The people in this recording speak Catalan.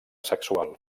sexual